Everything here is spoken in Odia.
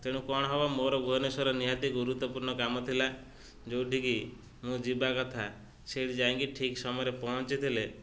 ତେଣୁ କ'ଣ ହବ ମୋର ଭୁବନେଶ୍ୱର ନିହାତି ଗୁରୁତ୍ୱପୂର୍ଣ୍ଣ କାମ ଥିଲା ଯେଉଁଠିକି ମୁଁ ଯିବା କଥା ସେଇଠି ଯାଇକି ଠିକ୍ ସମୟରେ ପହଞ୍ଚିଥିଲେ